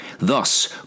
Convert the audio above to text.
Thus